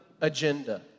agenda